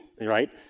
right